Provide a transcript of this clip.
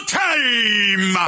time